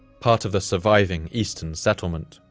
part of the surviving eastern settlement.